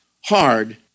hard